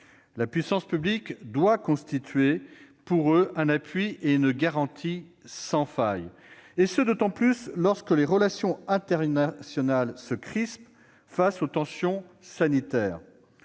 La puissance publique doit constituer pour eux un appui et une garantie sans faille, d'autant plus lorsque les relations internationales se crispent face aux tensions sanitaires.